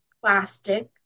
plastic